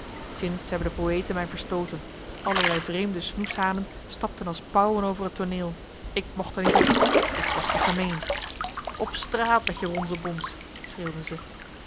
sinds hebben de poëten mij verstooten allerlei vreemde snoeshanen stapten als paauwen over het tooneel ik mogt er niet op ik was te gemeen op straat met je ronzebons schreeuwden ze